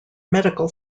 medical